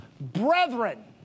brethren